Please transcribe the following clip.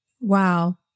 Wow